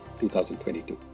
2022